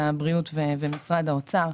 ההעברה לבית החולים באוקראינה נעשתה בלי החלטת ממשלה.